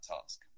task